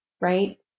right